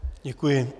Děkuji.